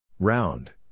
Round